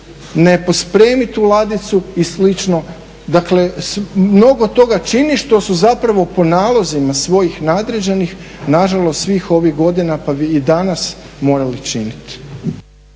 ne pospremiti u ladicu i slično. Dakle mnogo toga čini što su zapravo po nalozima svojih nadređenih nažalost svih ovih godina pa i danas morali činiti.